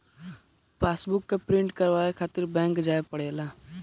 passbook के print करवावे खातिर बैंक जाए के पड़ेला